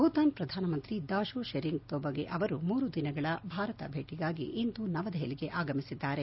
ಭೂತಾನ್ ಪ್ರಧಾನಮಂತಿ ದಾಶೋ ಶೆರಿಂಗ್ ತೊಬಗೆ ಅವರು ಮೂರು ದಿನಗಳ ಭಾರತ ಭೇಟಿಗಾಗಿ ಇಂದು ನವದೆಹಲಿಗೆ ಆಗಮಿಸಿದ್ದಾರೆ